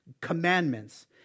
commandments